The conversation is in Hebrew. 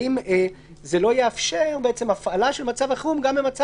אנחנו לא יודעים האם זה לא יאפשר הפעלה של מצב החירום גם במצב